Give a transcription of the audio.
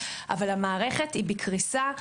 אבל המערכת היא בקריסה,